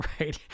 right